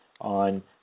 on